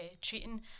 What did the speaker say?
treating